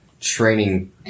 training